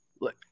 look